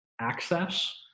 access